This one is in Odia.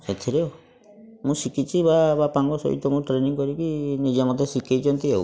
ସେଥିରେ ମୁଁ ଶିଖିଛି ବା ବାପାଙ୍କ ସହିତ ମୁଁ ଟ୍ରେନିଂ କରିକି ନିଜେ ମୋତେ ଶିଖେଇଛନ୍ତି ଆଉ